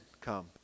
come